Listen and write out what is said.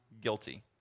guilty